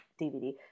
dvd